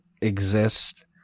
exist